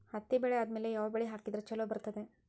ಹತ್ತಿ ಬೆಳೆ ಆದ್ಮೇಲ ಯಾವ ಬೆಳಿ ಹಾಕಿದ್ರ ಛಲೋ ಬರುತ್ತದೆ?